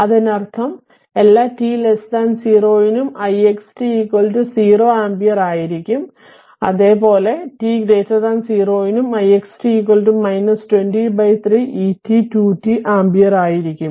അതിനർത്ഥം എല്ലാ t 0 നും ix t 0 ആമ്പിയർ ആയിരിക്കും അതെ പോലെ t 0 നും ix t 203 et 2 t ampere ആയിരിക്കും